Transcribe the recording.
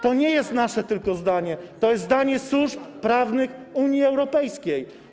To nie jest tylko nasze zdanie, to jest zdanie służb prawnych Unii Europejskiej.